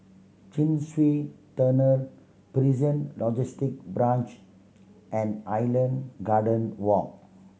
Chin Swee Tunnel Prison Logistic Branch and Island Garden Walk